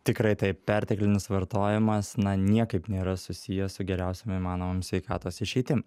tikrai taip perteklinis vartojimas na niekaip nėra susijęs su geriausiom įmanomom sveikatos išeitim